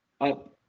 up